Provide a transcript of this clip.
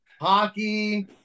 hockey